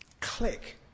click